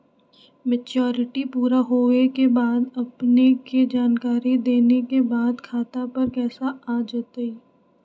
Maturity पुरा होवे के बाद अपने के जानकारी देने के बाद खाता पर पैसा आ जतई?